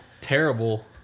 terrible